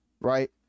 right